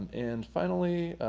and finally,